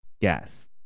gas